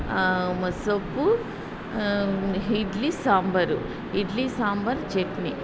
ಮೊಸ್ಸೊಪ್ಪು idli sambar idli sambar chutney